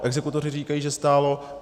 Exekutoři říkají, že stálo.